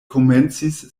komencis